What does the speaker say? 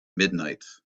midnight